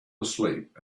asleep